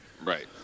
right